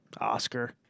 Oscar